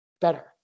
better